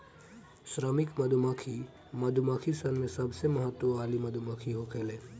श्रमिक मधुमक्खी मधुमक्खी सन में सबसे महत्व वाली मधुमक्खी होखेले